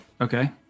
Okay